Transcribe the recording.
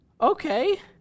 Okay